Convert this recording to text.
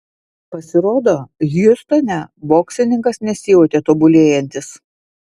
pasirodo hjustone boksininkas nesijautė tobulėjantis